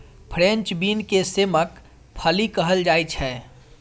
French bean के सेमक फली कहल जाइ छै